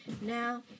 Now